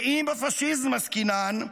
ואם בפשיזם עסקינן,